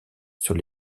sur